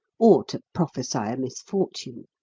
or to prophesy a misfortune.